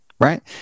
right